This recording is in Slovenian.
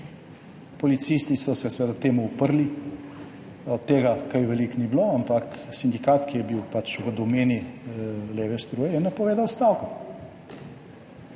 Policisti so se seveda temu uprli, od tega kaj veliko ni bilo, ampak sindikat, ki je bil pač v domeni leve struje, je napovedal stavko.